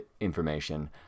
information